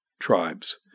tribes